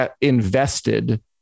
invested